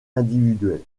individuel